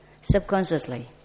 subconsciously